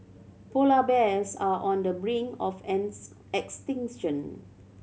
polar bears are on the brink of